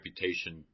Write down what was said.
reputation